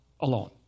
alone